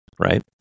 right